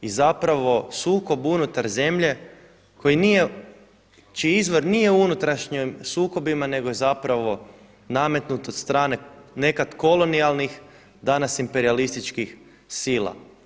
zapravo sukob unutar zemlje koji nije, čiji izvor nije u unutrašnjim sukobima nego je zapravo nametnut od strane nekad kolonijalnih, danas imperijalističkih sila.